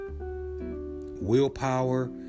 willpower